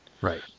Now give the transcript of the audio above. Right